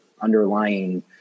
underlying